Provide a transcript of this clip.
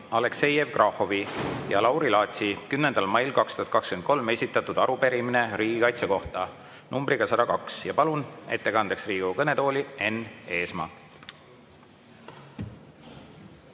Aleksei Jevgrafovi ja Lauri Laatsi 10. mail 2023 esitatud arupärimine riigikaitse kohta numbriga 102. Ja palun ettekandjaks Riigikogu kõnetooli Enn Eesmaa.